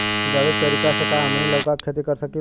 जैविक तरीका से का हमनी लउका के खेती कर सकीला?